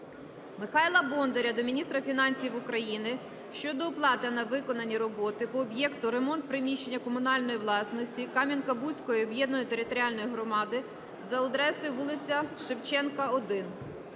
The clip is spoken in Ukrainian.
Михайла Бондаря до міністра фінансів України щодо оплати за виконані роботи по об'єкту "Ремонт приміщення комунальної власності Кам'янка-Бузької об'єднаної територіальної громади за адресою вулиця Шевченка, 1.